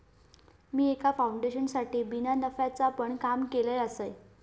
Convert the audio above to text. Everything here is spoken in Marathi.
मी एका फाउंडेशनसाठी बिना नफ्याचा पण काम केलय आसय